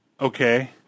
Okay